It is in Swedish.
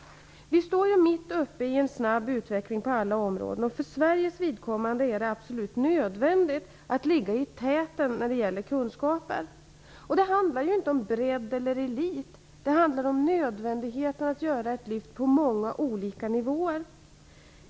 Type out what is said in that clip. Vi står mitt uppe i en snabb utveckling på alla områden. Och för Sveriges vidkommande är det absolut nödvändigt att ligga i täten när det gäller kunskaper. Det handlar inte om bredd eller elit, det handlar om nödvändigheten att göra ett lyft på många olika nivåer.